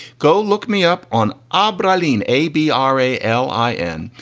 go look me up on our battalion a, b, r a. l i n.